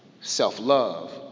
Self-love